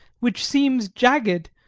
which seems jagged,